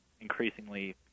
increasingly